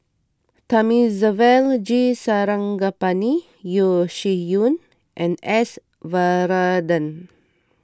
Thamizhavel G Sarangapani Yeo Shih Yun and S Varathan